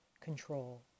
control